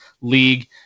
league